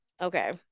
Okay